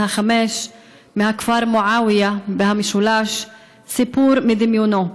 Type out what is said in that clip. החמש מהכפר מועאוויה במשולש סיפור מדמיונו,